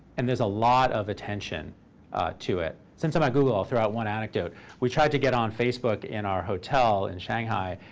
and there's a lot of attention to it. since i'm at google, i'll throw out one anecdote. we tried to get on facebook in our hotel in shanghai,